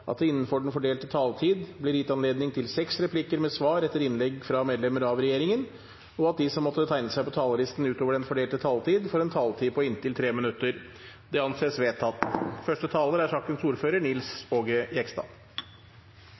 at det – innenfor den fordelte taletid – blir gitt anledning til seks replikker med svar etter innlegg fra medlemmer av regjeringen, og at de som måtte tegne seg på talerlisten utover den fordelte taletid, får en taletid på inntil 3 minutter. – Det anses vedtatt.